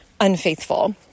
unfaithful